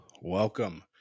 welcome